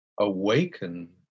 awaken